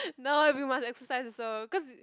no we must exercise also cause